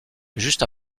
juste